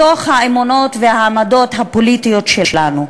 מתוך האמונות והעמדות הפוליטיות שלנו.